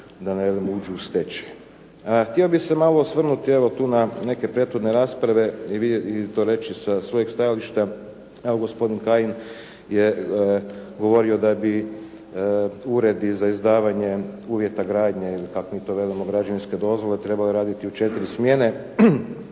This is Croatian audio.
Htio bih se malo osvrnuti evo tu na neke prethodne rasprave i to reći sa svojeg stajališta. Evo gospodin Kajin je govorio da bi uredi za izdavanje uvjeta gradnje ili kak mi to velimo građevinske dozvole trebale raditi u 4 smjene.